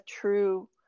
true